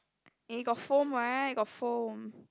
eh got foam right got foam